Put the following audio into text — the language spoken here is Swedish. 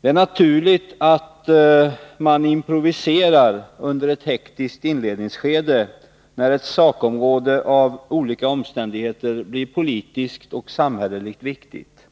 Det är naturligt att man improviserar under ett hektiskt inledningsskede, när ett sakområde av olika omständigheter blir politiskt och samhälleligt viktigt,